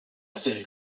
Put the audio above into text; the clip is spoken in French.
affaires